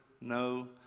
no